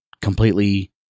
completely